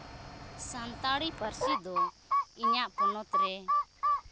ᱥᱟᱱᱛᱟᱲᱤ ᱯᱟᱹᱨᱥᱤ ᱫᱚ ᱤᱧᱟᱹᱜ ᱯᱚᱱᱚᱛ ᱨᱮ